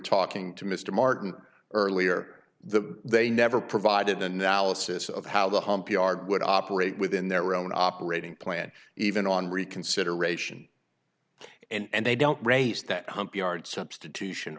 talking to mr martin earlier the they never provided analysis of how the hump yard would operate within their own operating plan even on reconsideration and they don't race that hump yard substitution